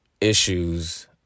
issues